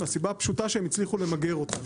מהסיבה הפשוטה שהם הצליחו למגר אותה.